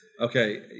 Okay